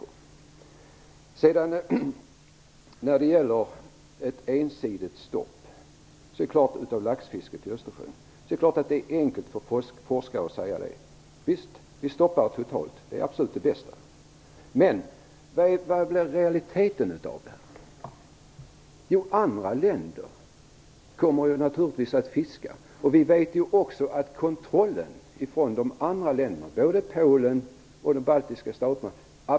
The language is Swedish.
Det är enkelt för forskarna att kräva ett ensidigt stopp av laxfisket i Östersjön. Visst, det vore absolut det bästa att totalt stoppa fisket. Men hur blir det i realiteten? Andra länder kommer naturligtvis att fiska, och vi vet att kontrollen från dessa andra länder absolut inte är på den nivå vi har i Sverige.